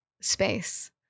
space